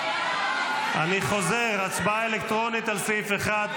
אני חוזר: הצבעה אלקטרונית על סעיף 1,